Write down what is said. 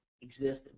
exist